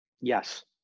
yes